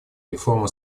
реформа